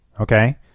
Okay